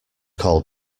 call